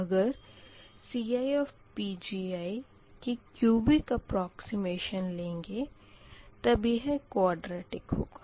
अगर CiPgi की cubic approximation लेंगे तब यह कुआडरेटिक होगा